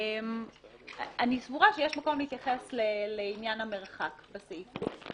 אני סבורה שיש מקום להתייחס לעניין המרחק בסעיף הזה.